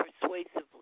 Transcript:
persuasively